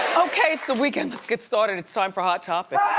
okay, it's the weekend. let's get started. it's time for hot topics.